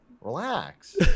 relax